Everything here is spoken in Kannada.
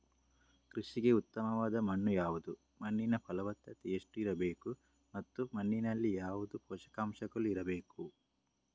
ಕೃಷಿಗೆ ಉತ್ತಮವಾದ ಮಣ್ಣು ಯಾವುದು, ಮಣ್ಣಿನ ಫಲವತ್ತತೆ ಎಷ್ಟು ಇರಬೇಕು ಮತ್ತು ಮಣ್ಣಿನಲ್ಲಿ ಯಾವುದು ಪೋಷಕಾಂಶಗಳು ಇರಬೇಕು?